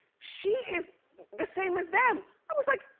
she is the same as them. i was like,